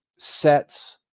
Sets